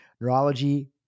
neurology